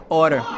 order